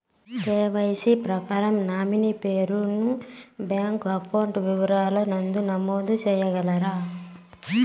KYC ప్రకారం nominee పేరు ను బ్యాంకు అకౌంట్ వివరాల నందు నమోదు సేయగలరా?